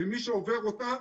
ומי שעובר אותה,